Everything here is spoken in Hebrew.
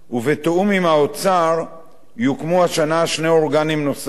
בתיאום עם האוצר יוקמו השנה שני אורגנים נוספים